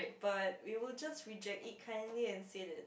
but we will just reject it kindly and say that